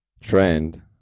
trend